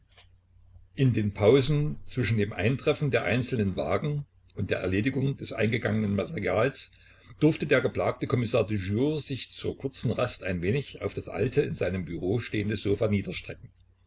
in den pausen zwischen dem eintreffen der einzelnen wagen und der erledigung des eingegangenen materials durfte der geplagte kommissar du jour sich zu kurzer rast ein wenig auf das alte in seinem büro stehende sofa